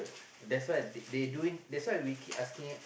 that's why uh they doing that's why we keep asking ah